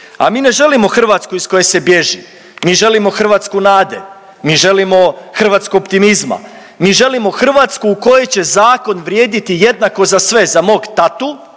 a mi ne želimo Hrvatsku iz koje se bježi, mi želimo Hrvatsku nade, mi želimo Hrvatsku optimizma, mi želimo Hrvatsku u kojoj će zakon vrijediti jednako za sve, za mog tatu,